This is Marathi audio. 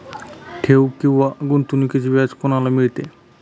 ठेव किंवा गुंतवणूकीचे व्याज कोणाला मिळते?